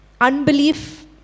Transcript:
Unbelief